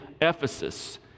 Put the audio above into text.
Ephesus